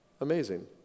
Amazing